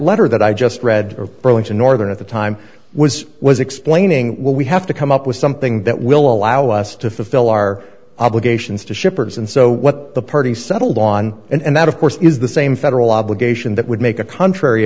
letter that i just read of burlington northern at the time was was explaining well we have to come up with something that will allow us to fulfill our obligations to shippers and so what the parties settled on and that of course is the same federal obligation that would make a contr